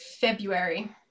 February